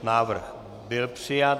Návrh byl přijat.